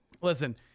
Listen